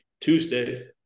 Tuesday